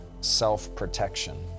self-protection